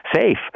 safe